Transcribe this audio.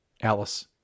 alice